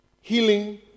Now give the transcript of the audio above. healing